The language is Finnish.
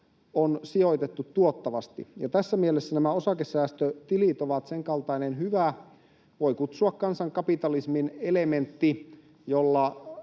on sijoitettu tuottavasti. Tässä mielessä nämä osakesäästötilit ovat sen kaltainen hyvä — voi kutsua kansankapitalismin — elementti, jolla